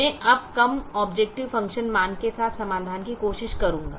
मैं अब कम ऑबजेकटिव फ़ंक्शन मान के साथ समाधान की कोशिश करूंगा